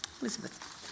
Elizabeth